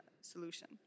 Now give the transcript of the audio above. solution